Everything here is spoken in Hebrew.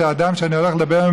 שהאדם שאני הולך לדבר עליו,